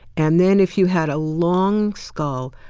and then if you had a long skull,